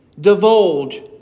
divulge